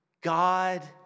God